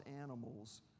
animals